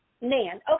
Nan